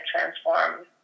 transform